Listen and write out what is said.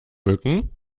mücken